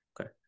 Okay